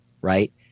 right